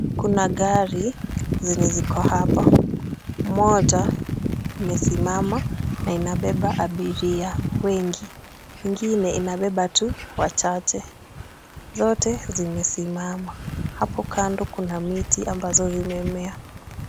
Kuna gari zenye ziko hapa. Moja imesimama na inabeba abiria wengi, ingine inabeba tu wachache. Zote zimesimama. Hapo kando kuna miti ambazo zimemea.